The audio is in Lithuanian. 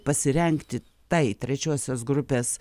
pasirengti tai trečiosios grupes